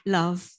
love